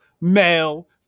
male